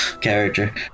character